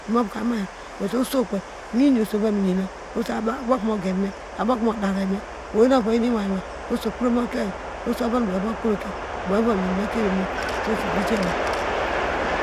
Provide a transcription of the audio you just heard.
Imovoka mimayan but oso kpei iwin mu oso mva miyana osoabokumu geneme abo kumu dereme oweu nuova yinu iwin oso okpro mo kie oyi oso ovon oboyo ovia kpro kie oyo obo me yamiyan moekein eweimo kresedi ijama